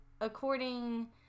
according